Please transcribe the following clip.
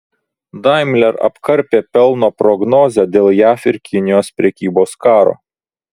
daimler apkarpė pelno prognozę dėl jav ir kinijos prekybos karo